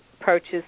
purchase